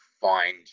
find